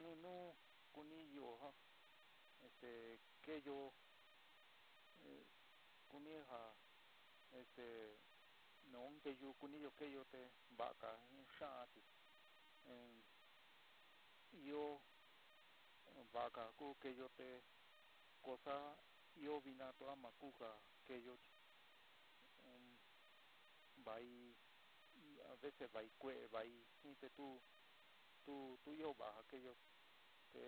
Nu nu kuniyó ja esté keéyo, kuni ja este nun nteyu kuniyo keyo te va'aga xa'an chi in ɨó va'aga ku keéyo te cosa ɨó vina tua makuga keéyo chi vai a vece vai kue'e vai jin te tuú tu tu ɨó va'a ja keyo te